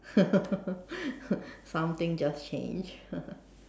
something just change